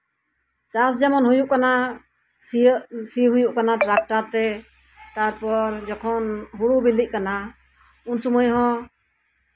ᱪᱟᱥ ᱡᱮᱢᱚᱱ ᱦᱩᱭᱩᱜ ᱠᱟᱱᱟ ᱥᱤ ᱦᱩᱭᱩᱜ ᱠᱟᱱᱟ ᱴᱨᱟᱠᱴᱟᱨᱛᱮ ᱛᱟᱨᱯᱚᱨ ᱡᱚᱠᱷᱚᱱ ᱦᱩᱲᱩ ᱵᱤᱞᱤᱜ ᱠᱟᱱᱟ ᱩᱱ ᱥᱚᱢᱚᱭᱦᱚᱸ